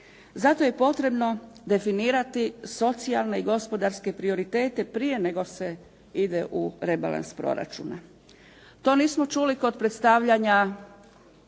Zato je potrebno definirati socijalne i gospodarske prioritete prije nego se ide u rebalans proračuna. To nismo čuli kod predstavljanja